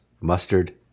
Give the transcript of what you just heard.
mustard